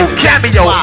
cameo